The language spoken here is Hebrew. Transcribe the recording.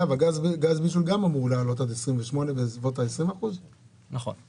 גם מחיר גז הבישול אמור לעלות עד 2028 בסביבות 20%. נכון.